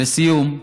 לסיום,